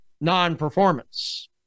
non-performance